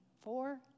four